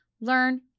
learn